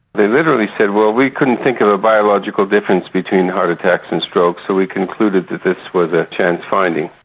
they literally said well we couldn't think of a biological difference between heart attacks and strokes, so we concluded that this was a chance finding'.